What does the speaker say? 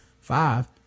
Five